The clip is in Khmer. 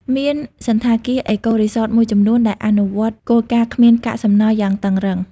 មានសណ្ឋាគារ អេកូរីសតមួយចំនួនដែលអនុវត្តគោលការណ៍គ្មានកាកសំណល់យ៉ាងតឹងរ៉ឹង។